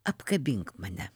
apkabink mane